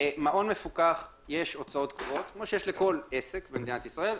למעון מפוקח יש הוצאות קבועות כמו שיש לכל עסק במדינת ישראל,